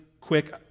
quick